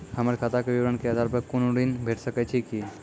हमर खाता के विवरण के आधार प कुनू ऋण भेट सकै छै की?